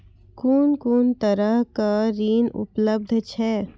कून कून तरहक ऋण उपलब्ध छै?